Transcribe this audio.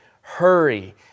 hurry